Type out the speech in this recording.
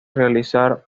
realizar